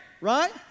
right